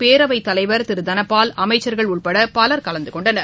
பேரவைத் தலைவர் திரு தனபால் அமைச்சர்கள் உட்பட பலர் கலந்துகொண்டனர்